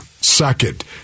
second